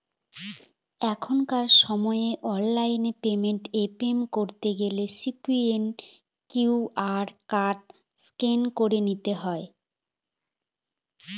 এখনকার সময় online payment এ পে করতে গেলে সিকুইরিটি কিউ.আর কোড স্ক্যান করে নিতে হবে